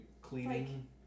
cleaning